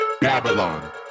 Babylon